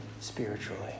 spiritually